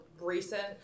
recent